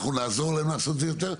אנחנו נעזור להם לעשות את זה יותר,